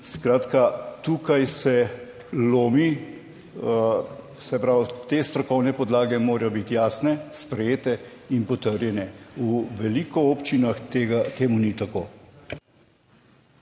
Skratka, tukaj se lomi. Se pravi, te strokovne podlage morajo biti jasne, sprejete in potrjene - v veliko občinah tega, temu ni tako.